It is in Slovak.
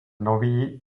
nový